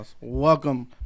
Welcome